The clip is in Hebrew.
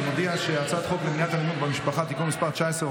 אני מודיע שהצעת חוק למניעת אלימות במשפחה (תיקון מס' 19,